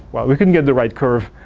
we couldn't get the right curve.